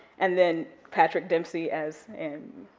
and then patrick dempsey as.